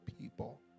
people